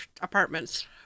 apartments